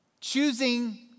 Choosing